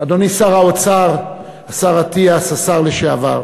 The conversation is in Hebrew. אדוני שר האוצר, השר אטיאס, השר לשעבר,